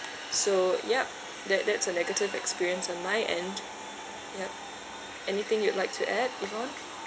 so yup that that's a negative experience on my end yup anything you'd like to add yvonne